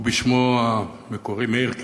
ובשמו המקורי מאירק'ה,